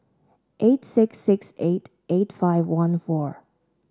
eight six six eight eight five one four